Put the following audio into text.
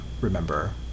remember